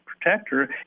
protector